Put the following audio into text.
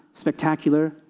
spectacular